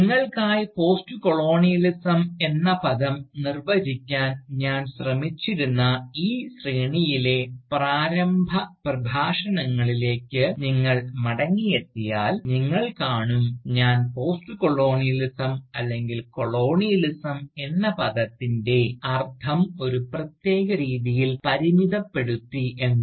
നിങ്ങൾക്കായി പോസ്റ്റ്കോളോണിയലിസം എന്ന പദം നിർവചിക്കാൻ ഞാൻ ശ്രമിച്ചിരുന്ന ഈ ശ്രേണിയിലെ പ്രാരംഭ പ്രഭാഷണങ്ങളിലേക്ക് നിങ്ങൾ മടങ്ങിയെത്തിയാൽ നിങ്ങൾ കാണും ഞാൻ പോസ്റ്റ്കോളോണിയലിസം അല്ലെങ്കിൽ കൊളോണിയലിസം എന്ന പദത്തിൻറെ അർത്ഥം ഒരു പ്രത്യേക രീതിയിൽ പരിമിതപ്പെടുത്തി എന്ന്